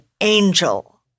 angel